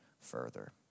further